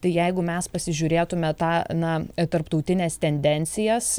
tai jeigu mes pasižiūrėtume tą na tarptautines tendencijas